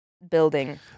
building